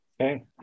Okay